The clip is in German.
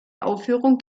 aufführung